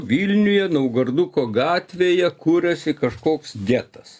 vilniuje naugarduko gatvėje kuriasi kažkoks getas